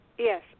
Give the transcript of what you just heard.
Yes